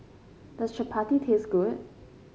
does Chapati taste good